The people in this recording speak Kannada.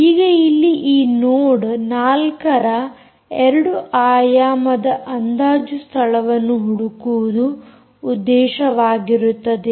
ಈಗ ಇಲ್ಲಿ ಈ ನೋಡ್ 4 ರ 2 ಆಯಾಮದ ಅಂದಾಜು ಸ್ಥಳವನ್ನು ಹುಡುಕುವುದು ಉದ್ದೇಶವಾಗಿರುತ್ತದೆ